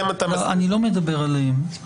אני לא מדבר עליהם.